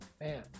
Man